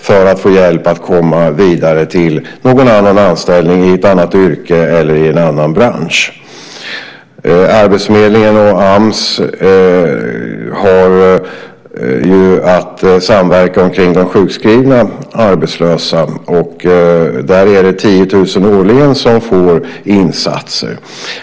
Man kan få hjälp att komma vidare till någon annan anställning i ett annat yrke eller i en annan bransch. Arbetsförmedlingen och Ams har ju att samverka kring den sjukskrivna arbetslösa, och där är det 10 000 årligen som får insatser.